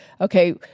okay